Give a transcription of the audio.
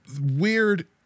weird